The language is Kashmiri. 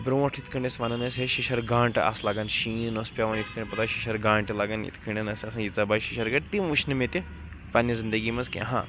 بروٹھ یِتھ کٲٹھۍ أسۍ ونان ٲسۍ شِشر گانٹہٕ آسہٕ لگان شیٖن اوس پٮ۪وان یِتھ کٔنۍ پتہ آسہٕ شِشر گانٹہٕ لگن یِتھ کٔنۍ آسہ آسن ییٖژاہ بَجہِ شِشَر گانٹہ تِم وٕچھ نہ مےٚ تہِ پَنٕنہِ زِندگی منٛز کینٛہہ ہاں